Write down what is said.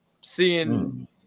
seeing